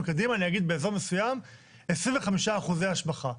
קדימה אני אגיד באזור מסוים 25% השבחה.